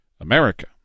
America